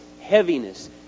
heaviness